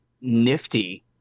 nifty